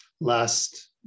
Last